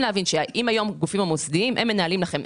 הגופים המוסדיים מנהלים אלה שמנהלים לכם.